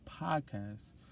podcast